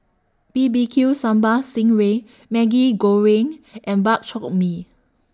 B B Q Sambal Sting Ray Maggi Goreng and Bak Chor Mee